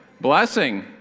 Blessing